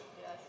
yes